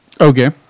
Okay